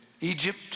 Egypt